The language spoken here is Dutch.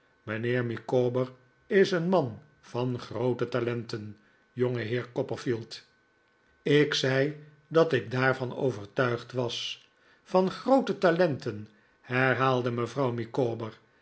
mijnheer micawber is een man van groote talenten jongeheer copperfield ik zei dat ik daarvan overtuigd was van groote talenten herhaalde mevrouw micawber